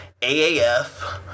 AAF